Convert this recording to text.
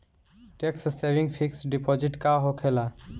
Tax saving fix deposit का होखे ला?